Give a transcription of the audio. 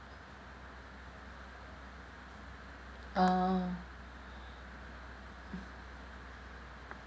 uh